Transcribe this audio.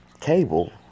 Cable